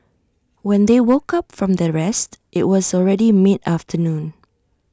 when they woke up from their rest IT was already mid afternoon